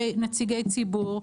יושבים שם נציגי ציבור.